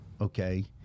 okay